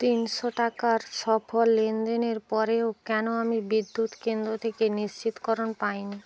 তিনশো টাকার সফল লেনদেনের পরেও কেন আমি বিদ্যুৎ কেন্দ্র থেকে নিশ্চিতকরণ পাইনি